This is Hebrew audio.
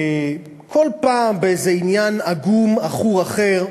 כל פעם באיזה עניין עגום-עכור אחר,